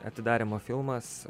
atidarymo filmas